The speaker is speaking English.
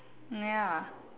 ya